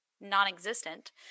non-existent